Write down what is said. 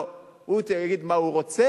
לא, הוא יגיד מה הוא רוצה,